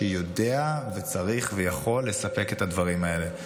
שיודע וצריך ויכול לספק את הדברים האלה.